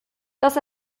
das